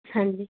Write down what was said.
ਹਾਂਜੀ